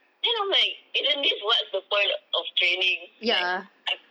then I'm like isn't this what's the point of training like I